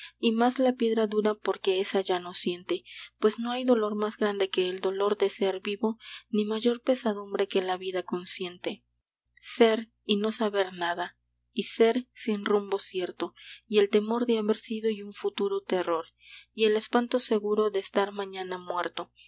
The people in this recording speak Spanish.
y más la piedra dura porque esa ya no siente pues no hay dolor más grande que el dolor de ser vivo ni mayor pesadumbre que la vida consciente ser y no saber nada y ser sin rumbo cierto y el temor de haber sido y un futuro terror y el espanto seguro de estar mañana muerto